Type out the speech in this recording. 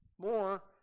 more